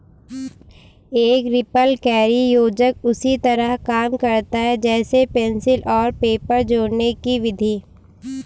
एक रिपलकैरी योजक उसी तरह काम करता है जैसे पेंसिल और पेपर जोड़ने कि विधि